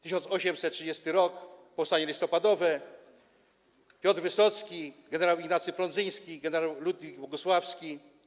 1830 r. - powstanie listopadowe, Piotr Wysocki, gen. Ignacy Prądzyński, gen. Ludwik Bogusławski.